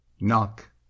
Knock